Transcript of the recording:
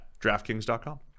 DraftKings.com